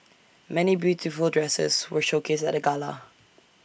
many beautiful dresses were showcased at the gala